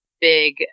big